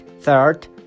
Third